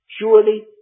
Surely